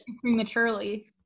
prematurely